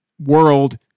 world